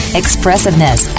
expressiveness